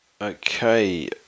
Okay